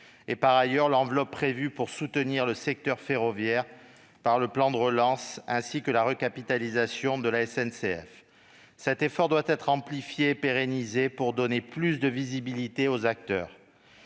et, par ailleurs, l'enveloppe prévue pour soutenir le secteur ferroviaire par le plan de relance ainsi que la recapitalisation de la SNCF. Cet effort doit être amplifié et pérennisé, pour donner plus de visibilité aux acteurs.